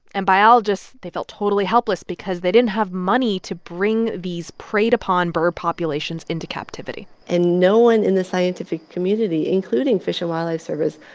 and biologists, they felt totally helpless because they didn't have money to bring these preyed-upon bird populations into captivity and no one in the scientific community, including fish and wildlife service,